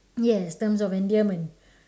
yes terms of endearment